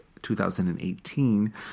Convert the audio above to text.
2018